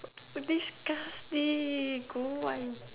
disgusting come on